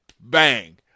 bang